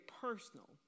personal